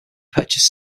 purchased